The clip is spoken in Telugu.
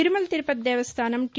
తిరుమల తిరుపతి దేవస్థానం టీ